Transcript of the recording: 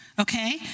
okay